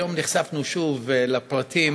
היום נחשפנו שוב לפרטים,